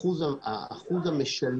סמ"סים